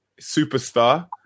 superstar